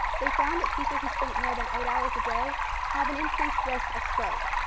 they found that people who sleep more than eight hours a day have an increased risk of stroke.